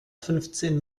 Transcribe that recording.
fünfzehn